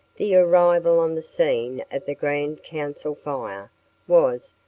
the arrival on the scene of the grand council fire was,